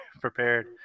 Prepared